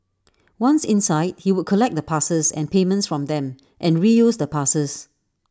once inside he would collect the passes and payments from them and reuse the passes